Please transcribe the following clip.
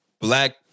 black